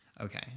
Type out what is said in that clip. Okay